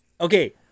Okay